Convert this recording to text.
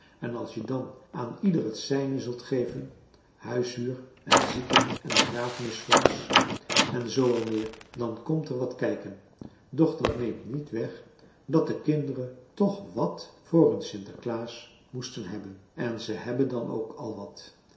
en als je dan aan ieder het zijne zult geven huishuur en zieken en begrafenisfonds en zoo al meer dan komt er wat kijken doch dat neemt niet weg dat de kinderen toch wàt voor hun sinterklaas moesten hebben en ze hebben dan ook al wat